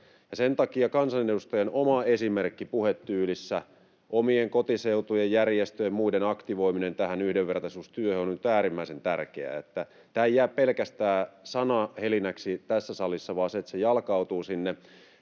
Sen takia kansanedustajien oma esimerkki puhetyylissä, omien kotiseutujen, järjestöjen ja muiden aktivoiminen tähän yhdenvertaisuustyöhön on nyt äärimmäisen tärkeää, että tämä ei jää pelkästään sanahelinäksi tässä salissa vaan että se jalkautuu sinne.